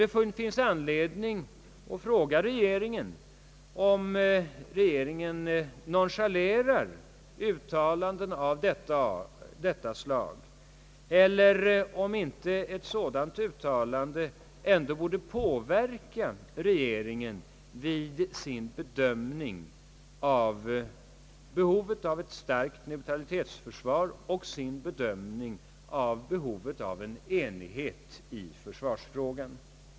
Det finns anledning att fråga regeringen, om regeringen nonchalerar uttalanden av detta slag eller om inte ett sådant uttalande ändå borde påverka regeringen i dess bedömning av behovet av ett starkt neutralitetsförsvar och en enighet i försvarsfrågan.